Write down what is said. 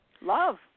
Love